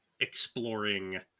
exploring